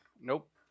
Nope